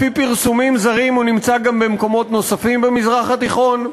לפי פרסומים זרים הוא נמצא גם במקומות נוספים במזרח התיכון.